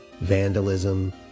vandalism